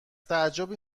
تعجبی